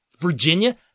Virginia